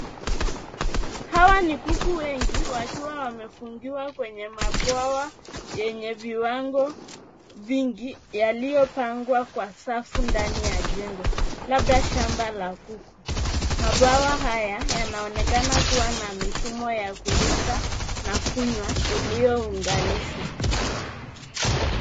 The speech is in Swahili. Hawa kuku wengi wengi wakiwa wamefungiwa kwenye mabwawa yenye viwango vingi yaliyopangwa kwa safu ndani ya jengo. Labda shamba la kuku .Mabwawa haya yanaonekana kuwa na mifumo ya kulisha na kunywa iliyounganishwa.